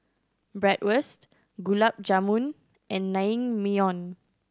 Bratwurst Gulab Jamun and Naengmyeon